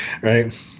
Right